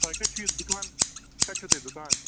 تۄہہِ کتہِ چھُ یہِ دُکان کتہِ چھُ تۄہہِ دُکان